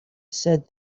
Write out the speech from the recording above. said